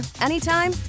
anytime